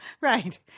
right